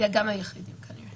גם היחיד כנראה.